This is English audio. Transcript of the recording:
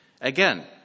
again